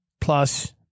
plus